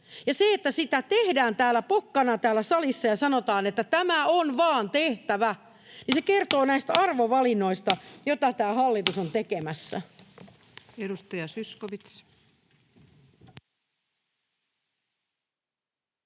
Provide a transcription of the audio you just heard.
Ja se, että sitä tehdään täällä salissa pokkana ja sanotaan, että tämä on vaan tehtävä, kertoo näistä arvovalinnoista, joita tämä hallitus on tekemässä.